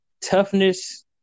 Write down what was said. toughness